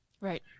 Right